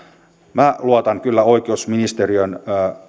minä luotan kyllä oikeusministeriön